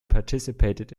participated